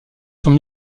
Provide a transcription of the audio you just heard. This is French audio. sont